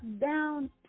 down